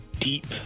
deep